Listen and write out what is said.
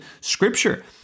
scripture